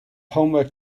homework